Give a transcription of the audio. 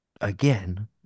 again